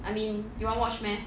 I mean you want watch meh